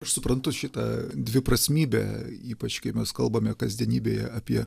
aš suprantu šitą dviprasmybę ypač kai mes kalbame kasdienybėje apie